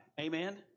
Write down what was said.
Amen